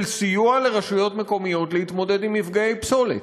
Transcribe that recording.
של סיוע לרשויות מקומיות להתמודד עם מפגעי פסולת.